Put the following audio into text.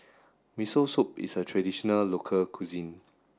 Miso Soup is a traditional local cuisine